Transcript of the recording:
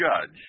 judge